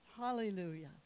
Hallelujah